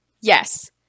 Yes